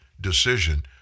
decision